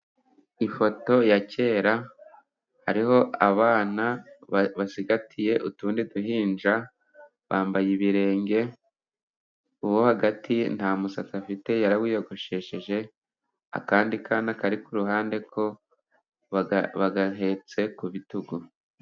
Ifoto ya kera hariho abana basigatiye utundi duhinja ,bambaye ibirenge, uwo hagati nta musatsi afite yarawiyogoshesheje ,akandi kana kari ku ruhande ko bagahetse ku bitugu.